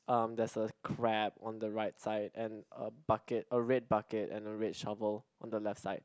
um there is a crab on the right side and a bucket a red bucket and a red shovel on the left side